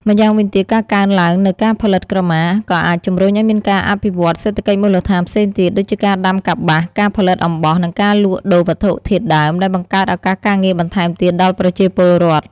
ម្យ៉ាងវិញទៀត ការកើនឡើងនូវការផលិតក្រមា ក៏អាចជំរុញឲ្យមានការអភិវឌ្ឍន៍ សេដ្ឋកិច្ចមូលដ្ឋាន ផ្សេងទៀត ដូចជាការដាំកប្បាស ការផលិតអំបោះ និងការលក់ដូរវត្ថុធាតុដើម ដែលបង្កើតឱកាសការងារបន្ថែមទៀតដល់ប្រជាពលរដ្ឋ។